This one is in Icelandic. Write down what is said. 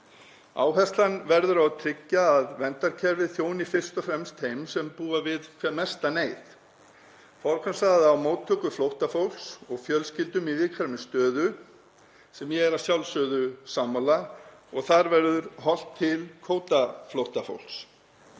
Áherslan verður á að tryggja að verndarkerfið þjóni fyrst og fremst þeim sem búa við hvað mesta neyð. Forgangsraða á móttöku flóttafólks og fjölskyldum í viðkvæmri stöðu sem ég er að sjálfsögðu sammála og þar verður horft til kvótaflóttafólks.